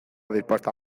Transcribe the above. dispuesta